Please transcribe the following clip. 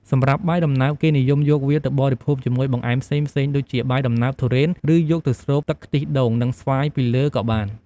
សម្រាប់បាយដំណើប គេនិយមយកវាទៅបរិភោគជាមួយបង្អែមផ្សេងៗ ដូចជាបាយដំណើបទុរេន ឬ យកទៅស្រូបទឹកខ្ទិះដូង និងស្វាយពីលើក៏បាន។